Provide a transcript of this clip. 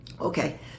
okay